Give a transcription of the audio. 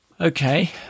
Okay